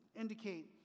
indicate